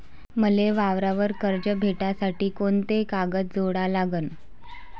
मले वावरावर कर्ज भेटासाठी कोंते कागद जोडा लागन?